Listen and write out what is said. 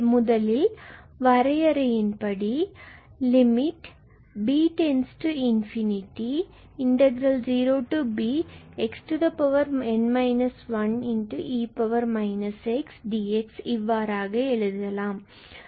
முதலில் இதை lim𝐵→∞0Bxn 1 e x dx இவ்வாறாக எழுதலாம்